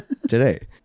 today